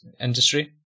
industry